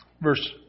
verse